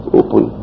open